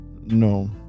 no